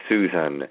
Susan